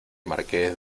marqués